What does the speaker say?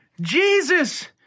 Jesus